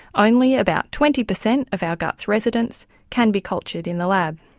only about twenty per cent of our gut's residents can be cultured in the lab.